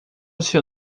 seu